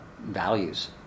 values